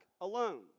alone